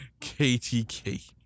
KTK